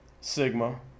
Sigma